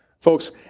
Folks